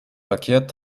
verkehrt